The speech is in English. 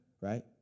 right